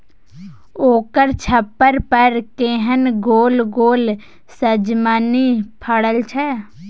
ओकर छप्पर पर केहन गोल गोल सजमनि फड़ल छै